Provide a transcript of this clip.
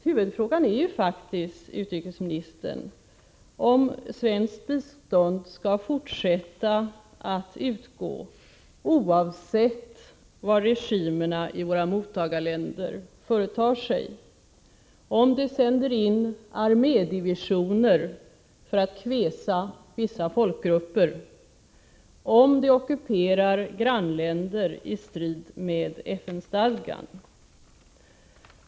Huvudfrågan är ju faktiskt, utrikesministern, om svenskt bistånd skall fortsätta att utgå oavsett vad regimerna i våra mottagarländer företar sig; om de sänder in armédivisioner för att kväsa vissa folkgrupper eller om de ockuperar grannländer i strid med FN-stadgan.